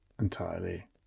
entirely